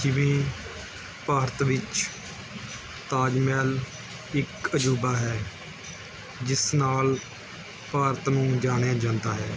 ਜਿਵੇਂ ਭਾਰਤ ਵਿੱਚ ਤਾਜ ਮਹਿਲ ਇੱਕ ਅਜੂਬਾ ਹੈ ਜਿਸ ਨਾਲ ਭਾਰਤ ਨੂੰ ਜਾਣਿਆ ਜਾਂਦਾ ਹੈ